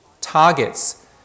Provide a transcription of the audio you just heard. targets